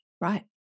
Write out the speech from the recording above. Right